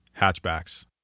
hatchbacks